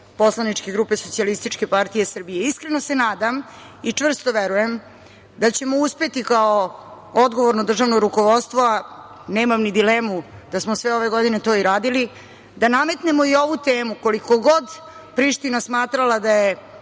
poslaničke grupe SPS.Iskreno se nadam i čvrsto verujem da ćemo uspeti kao odgovorno državno rukovodstvo, a nemam ni dilemu da smo sve ove godine to i radili, da nametnemo i ovu temu koliko god Priština smatrala da je